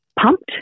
pumped